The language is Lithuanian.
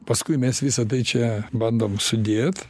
paskui mes visa tai čia bandom sudėt